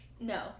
No